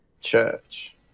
Church